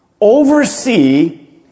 oversee